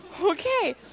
Okay